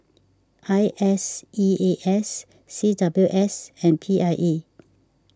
I S E A S C W S and P I E